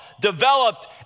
developed